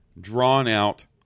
drawn-out